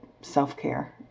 self-care